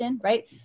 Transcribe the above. right